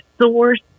source